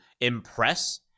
impress